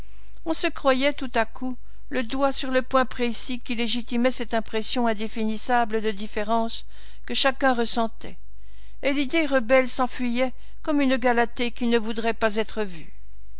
on se croyait tout à coup le doigt sur le point précis qui légitimait cette impression indéfinissable de différence que chacun ressentait et l'idée rebelle s'enfuyait comme une galathée qui ne voudrait pas être vue